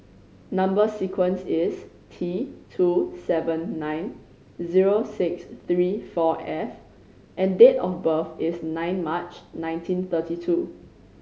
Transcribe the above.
number sequence is T two seven nine zero six three four F and date of birth is nine March nineteen thirty two